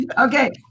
okay